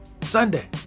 Sunday